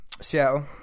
Seattle